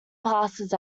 passes